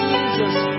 Jesus